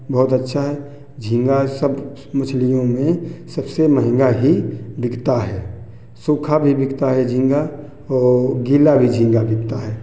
बहुत अच्छा है झींगा सब मछलियों में सबसे महंगा ही बिकता है सूखा भी बिकता है झींगा और गीला भी झींगा बिकता है